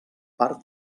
part